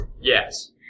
Yes